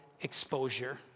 exposure